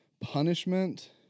punishment